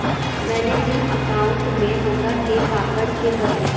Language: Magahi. मैंने जिन अकाउंट में हमरा के काकड़ के परी?